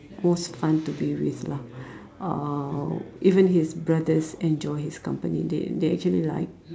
most fun to be with lah uh even his brothers enjoy his company they they actually like